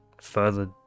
further